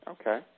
Okay